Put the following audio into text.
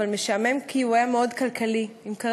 אבל משעמם כי הוא היה כלכלי מאוד,